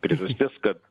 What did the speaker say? priežastis kad